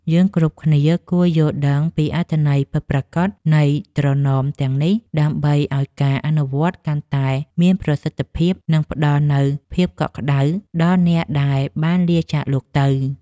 យើងគ្រប់គ្នាគួរយល់ដឹងពីអត្ថន័យពិតប្រាកដនៃត្រណមទាំងនេះ ដើម្បីឱ្យការអនុវត្តកាន់តែមានប្រសិទ្ធភាព និងផ្តល់នូវភាពកក់ក្តៅដល់អ្នកដែលបានលាចាកលោកទៅ។